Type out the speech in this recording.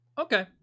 Okay